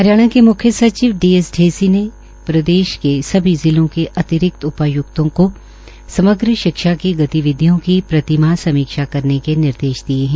हरियाणा के मुख्य सचिव डी एस ढेसी ने प्रदेश के सभी जिलों के अतिरिक्त उपायुक्तों को समग्र शिक्षा की गतिविधियों की प्रतिमाह समीक्षा करने के निर्देश दिय है